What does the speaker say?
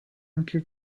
anche